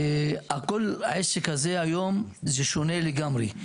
כל העסק הזה היום שונה לגמרי.